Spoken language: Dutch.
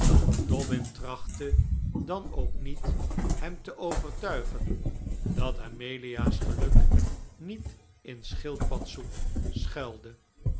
dobbin trachtte dan ook niet hem te overtuigen dat amelia's geluk niet in schildpadsoep schuilde